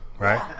Right